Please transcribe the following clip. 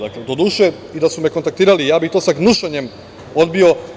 Doduše, i da su me kontaktirali ja bih to sa gnušanjem odbio.